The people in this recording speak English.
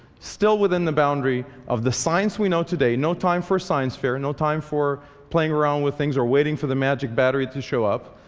still within the boundary of the science we know today no time for science fair, and no time for playing around with things or waiting for the magic battery to show up.